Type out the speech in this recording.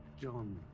John